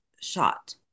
shot